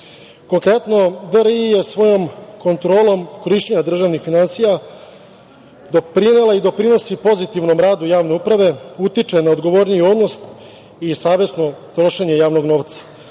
Srbije. Konkretno, DRI je svojom kontrolom korišćenjem državnih finansija doprinela i doprinosi pozitivnom radu javne uprave, utiče na odgovorniji odnos i savesno trošenje javnog